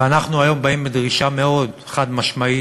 ואנחנו היום באים בדרישה מאוד חד-משמעית